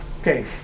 Okay